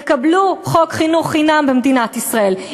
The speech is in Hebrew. במסגרת חוק חינוך חינם במדינת ישראל,